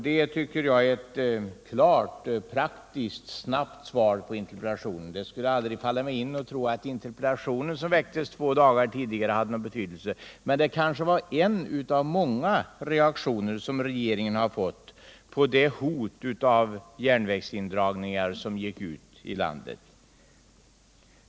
Det tycker jag är ett klart och snabbt svar i praktiken på interpellationen. Det skulle aldrig falla mig in att tro att interpellationen, som väcktes två dagar tidigare, hade någon betydelse. Men det kanske var en av många reaktioner som regeringen fick på det hot om järnvägsindragningar som gick ut över landet.